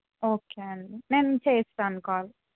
okay అండి నేను చేస్తాను కాల్